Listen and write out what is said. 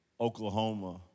Oklahoma